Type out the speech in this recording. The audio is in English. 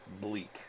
bleak